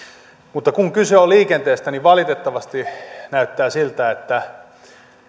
mutta kun kyse on liikenteestä valitettavasti näyttää siltä että